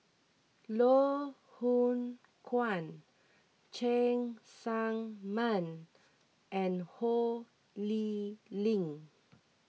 Loh Hoong Kwan Cheng Tsang Man and Ho Lee Ling